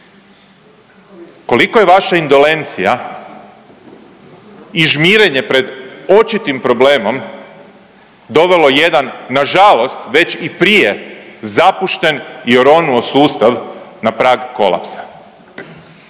Kolika je vaša indolencija i žmirenje pred očitim problemom dovelo jedan nažalost već i prije zapušteni i oronuo sustav na prag kolapsa.